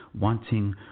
wanting